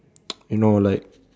you know like